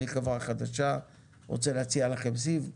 אני חברה חדשה ואני רוצה להציע לכם סיב.